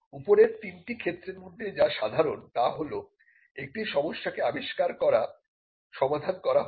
উপরের তিনটি ক্ষেত্রের মধ্যে যা সাধারণ তা হল একটি সমস্যাকে আবিষ্কার দ্বারা সমাধান করা হচ্ছে